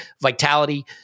vitality